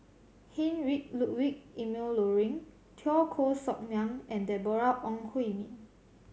Heinrich Ludwig Emil Luering Teo Koh Sock Miang and Deborah Ong Hui Min